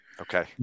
Okay